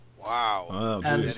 Wow